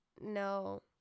no